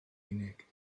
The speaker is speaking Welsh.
unig